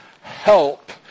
help